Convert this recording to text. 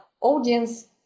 audience